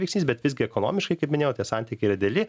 veiksnys bet visgi ekonomiškai kaip minėjau tie santykiai yra dideli